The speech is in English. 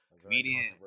comedian